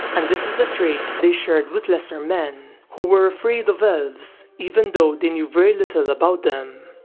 and this is a trait they shared with lesser men, who were afraid of elves even though they knew very little about them.